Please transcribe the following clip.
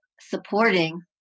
supporting